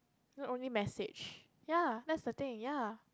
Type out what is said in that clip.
then only message ya that's the thing ya